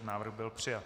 Návrh byl přijat.